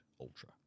ultra